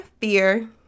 fear